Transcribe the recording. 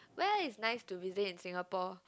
where is nice to visit in Singapore